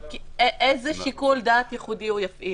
איזה שיקול דעת ייחודי הוא יפעיל?